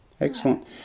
Excellent